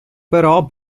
però